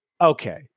Okay